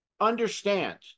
Understand